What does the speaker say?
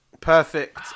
Perfect